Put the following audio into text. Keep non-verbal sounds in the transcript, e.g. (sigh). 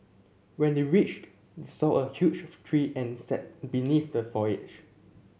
when they reached they saw a huge tree and sat beneath the (unintelligible)